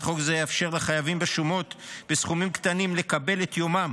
חוק זו יאפשר לחייבים בשומות בסכומים קטנים לקבל את יומם,